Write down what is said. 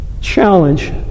challenge